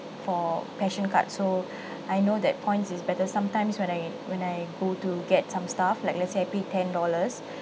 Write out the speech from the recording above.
for passion card so I know that points is better sometimes when I when I go to get some stuff like lets say I pay ten dollars